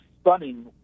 stunning